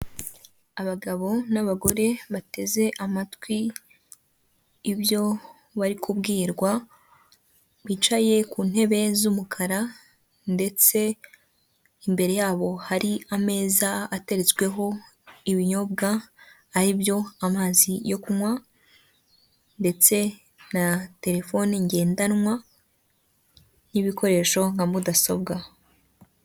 Abagabo n'abagore bateze amatwi ibyo bari kubwirwa, bicaye ku ntebe z'umukara ndetse imbere yabo hari ameza ateretsweho ibinyobwa, ari byo amazi yo kunywa ndetse na telefoni ngendanwa n'ibikoresho nka mudasobwa.